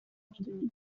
میدونیم